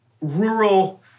rural